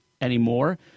anymore